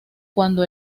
cuando